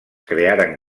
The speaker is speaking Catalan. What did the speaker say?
crearen